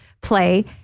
play